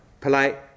polite